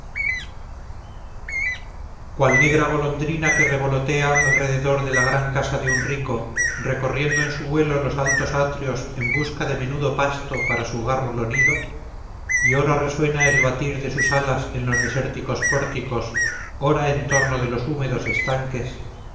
negra golondrina que revolotea alrededor de la gran casa de un rico recorriendo en su vuelo los altos atrios en busca de menudo pasto para su gárrulo nido y ora resuena el batir de sus alas en los desiertos pórticos ora en torno de los húmedos estanques